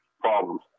problems